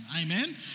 Amen